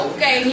Okay